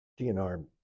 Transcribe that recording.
DNR